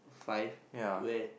five where